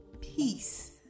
Peace